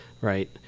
right